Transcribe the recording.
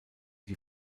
die